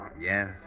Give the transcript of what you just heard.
Yes